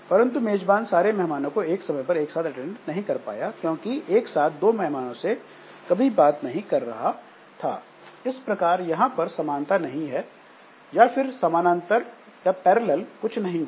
परंतु मेजबान सारे मेहमानों को एक समय पर एक साथ अटेंड नहीं कर पाया क्योंकि एक साथ दो मेहमानों से कभी बात नहीं कर रहा था इस प्रकार यहां पर समानता नहीं है या फिर समानांतर कुछ नहीं हुआ